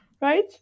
right